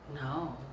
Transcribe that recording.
No